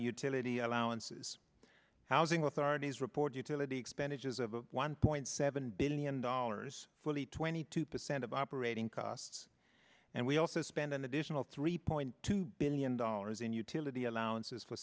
tility allowances housing authorities report utility expenditures of one point seven billion dollars fully twenty two percent of operating costs and we also spend an additional three point two billion dollars in utility allowances for